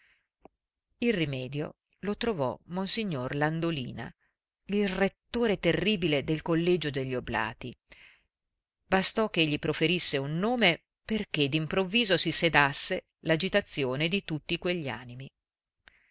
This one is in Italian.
il rimedio lo trovò monsignor landolina il rettore terribile del collegio degli oblati bastò che egli proferisse un nome perché d'improvviso si sedasse l'agitazione di tutti quegli animi